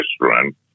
restaurant